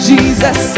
Jesus